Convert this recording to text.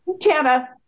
Tana-